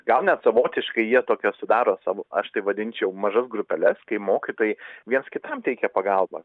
gal net savotiškai jie tokias sudaro savo aš tai vadinčiau mažas grupeles kai mokytojai viens kitam teikia pagalbą